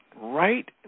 right